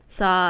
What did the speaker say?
sa